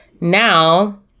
now